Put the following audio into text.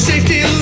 Safety